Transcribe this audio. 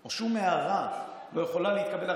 או שום הערה לא יכולים להתקבל.